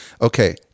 Okay